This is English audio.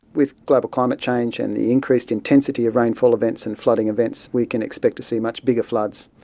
with global climate change and the increased intensity of rainfall events and flooding events we can expect to see much bigger floods.